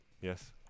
Yes